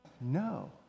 No